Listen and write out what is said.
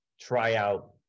tryout